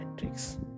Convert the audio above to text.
matrix